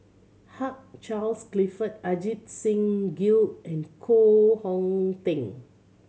Hugh Charles Clifford Ajit Singh Gill and Koh Hong Teng